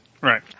Right